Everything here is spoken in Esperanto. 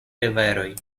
riveroj